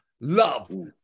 Love